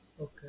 Okay